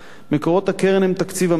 מקורות הקרן הן תקציב המדינה,